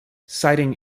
citing